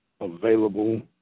available